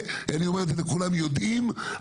אני אומר את זה וכולם יודעים,